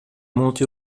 multe